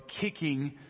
kicking